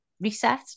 reset